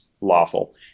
lawful